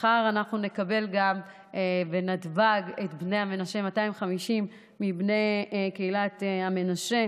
מחר אנחנו גם נקבל בנתב"ג 250 מבני קהילת המנשה.